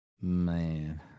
man